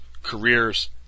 careers